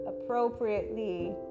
appropriately